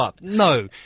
No